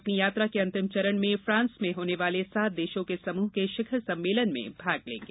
अपनी यात्रा के अंतिम चरण में फ्रांस में होने वाले सात देशों के समूह के शिखर सम्मेलन में भाग लेंगे